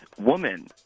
woman